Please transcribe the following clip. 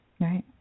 Right